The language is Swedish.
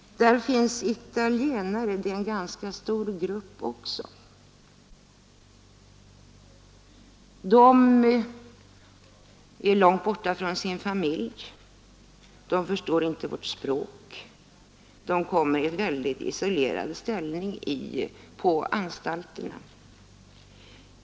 Där finns också en ganska stor grupp italienare. De är långt borta från sin familj, de förstår inte vårt språk, de blir väldigt isolerade på anstalterna.